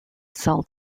cell